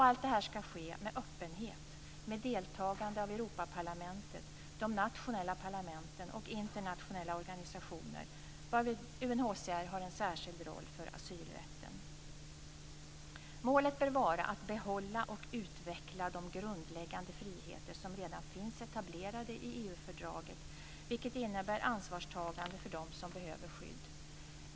Allt det här ska ske med öppenhet, med deltagande av Europaparlamentet, de nationella parlamenten och internationella organisationer, varvid UNHCR har en särskild roll för asylrätten. Målet bör vara att behålla och utveckla de grundläggande friheter som redan finns etablerade i EU fördraget, vilket innebär ansvarstagande för dem som behöver skydd.